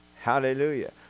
Hallelujah